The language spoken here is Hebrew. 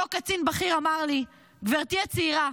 אותו קצין בכיר אמר לי: גברתי הצעירה,